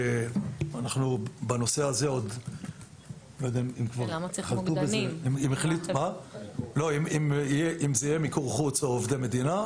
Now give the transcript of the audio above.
אנחנו עוד לא יודעים אם זה יהיה מיקור חוץ או עובדי מדינה.